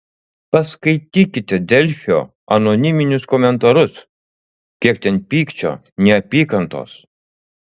paskaitykite delfio anoniminius komentarus kiek ten pykčio neapykantos